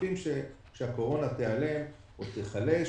מצפים שהקורונה תיעלם או תיחלש,